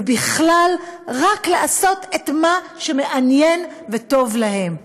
ובכלל, רק לעשות את מה שמעניין וטוב להם.